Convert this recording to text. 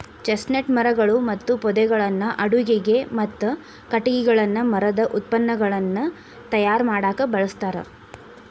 chestnut ಮರಗಳು ಮತ್ತು ಪೊದೆಗಳನ್ನ ಅಡುಗಿಗೆ, ಮತ್ತ ಕಟಗಿಗಳನ್ನ ಮರದ ಉತ್ಪನ್ನಗಳನ್ನ ತಯಾರ್ ಮಾಡಾಕ ಬಳಸ್ತಾರ